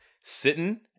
sitting